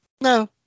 No